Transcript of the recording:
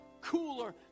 cooler